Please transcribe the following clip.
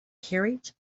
carriage